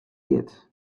giet